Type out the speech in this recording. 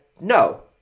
no